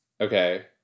Okay